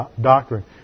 doctrine